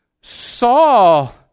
Saul